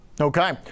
Okay